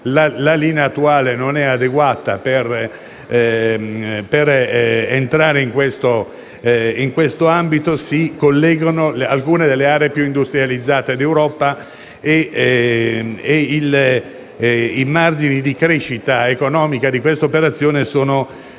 la linea attuale, adeguata per entrare in questo ambito. Si collegano alcune delle aree più industrializzate d'Europa e i margini di crescita economica di questa operazione,